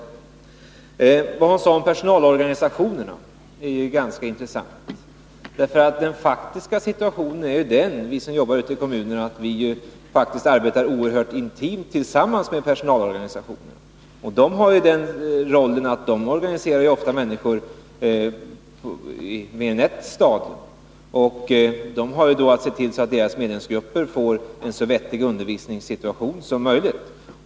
Vad Ulla Tillander sade om personalorganisationerna är ganska intressant. Den faktiska situationen är ju den, för oss som är verksamma ute i kommunerna, att vi arbetar oerhört intimt tillsammans med personalorganisationerna. De organiserar ju ofta människor på mer än ett stadium, och de har då att se till att deras medlemsgrupper får en så vettig undervisningssituation som möjligt.